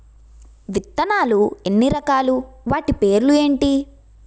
విత్తనాలు ఎన్ని రకాలు, వాటి పేర్లు ఏంటి?